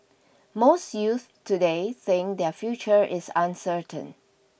most youths today think their future is uncertain